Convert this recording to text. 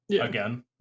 again